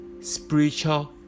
spiritual